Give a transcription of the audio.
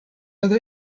other